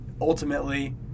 ultimately